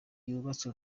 zubatswe